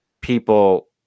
people